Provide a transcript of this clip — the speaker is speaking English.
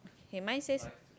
K mine says